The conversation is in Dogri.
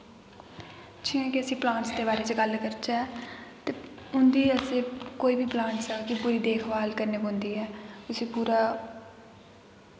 जियां के अस प्लांट दे बारे च गल्ल करचै ते उं'दी अस कोई बी प्लांट दी पूरी देखभाल करनी पौंदी ऐ उसी पूरा